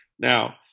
now